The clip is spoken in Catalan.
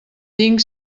tinc